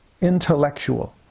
Intellectual